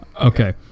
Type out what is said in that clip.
Okay